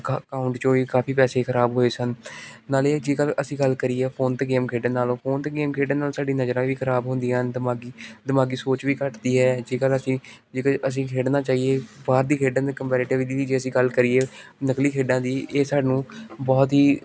ਅਕਾ account 'ਚੋਂ ਵੀ ਕਾਫੀ ਪੈਸੇ ਖਰਾਬ ਹੋਏ ਸਨ ਨਾਲੇ ਇਹ ਜੇਕਰ ਅਸੀਂ ਗੱਲ ਕਰੀਏ ਫੋਨ 'ਤੇ ਗੇਮ ਖੇਡਣ ਨਾਲੋਂ ਫੋਨ 'ਤੇ ਗੇਮ ਖੇਡਣ ਨਾਲ ਸਾਡੀ ਨਜ਼ਰਾ ਵੀ ਖਰਾਬ ਹੁੰਦੀਆਂ ਹਨ ਦਿਮਾਗੀ ਦਿਮਾਗੀ ਸੋਚ ਵੀ ਘੱਟਦੀ ਹੈ ਜੇਕਰ ਅਸੀਂ ਜੇਕਰ ਅਸੀਂ ਖੇਡਣਾ ਚਾਹੀਏ ਬਾਹਰ ਦੀ ਖੇਡਣ ਦੇ ਕੰਪੈਰਟਿਵ ਦੀ ਵੀ ਜੇ ਅਸੀਂ ਗੱਲ ਕਰੀਏ ਨਕਲੀ ਖੇਡਾਂ ਦੀ ਇਹ ਸਾਨੂੰ ਬਹੁਤ ਹੀ